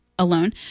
alone